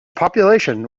population